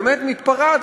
באמת מתפרעת,